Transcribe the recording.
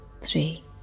three